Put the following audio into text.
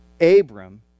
Abram